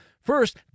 First